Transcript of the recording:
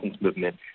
movement